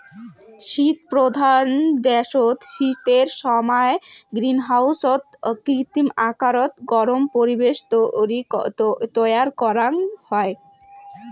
শীতপ্রধান দ্যাশত শীতের সমায় গ্রীনহাউসত কৃত্রিম আকারত গরম পরিবেশ তৈয়ার করাং হই